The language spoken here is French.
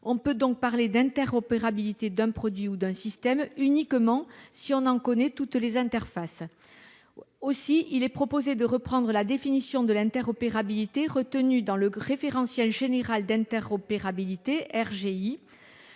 conséquent parler d'interopérabilité d'un produit ou d'un système que lorsqu'on en connaît toutes les interfaces. Aussi, nous proposons de reprendre la définition de l'interopérabilité retenue dans le référentiel général d'interopérabilité.